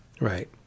right